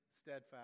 steadfast